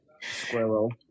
Squirrel